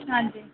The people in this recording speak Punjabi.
ਹਾਂਜੀ